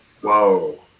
whoa